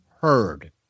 heard